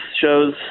shows